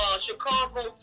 Chicago